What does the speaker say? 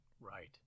right